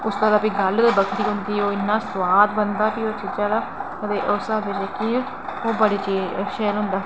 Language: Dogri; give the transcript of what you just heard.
ते उसदी भी गल्ल गै बक्खरी होंदी उसदा भी सोआद इन्ना बनदा की उस चीजै दा ते उस स्हाबै दा दिक्खियै ओह् बड़े शैल होंदा